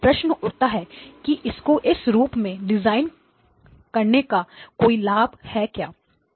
अब प्रश्न उठता है कि इसको इस रूप में डिज़ाइन करने का कोई लाभ है क्या